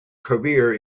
career